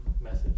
message